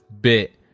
bit